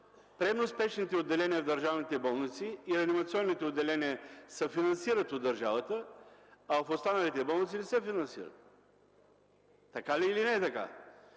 приемо-спешните отделения в държавните болници и реанимационните отделения се финансират от държавата, а в останалите болници не се финансират. Така ли е или не е така?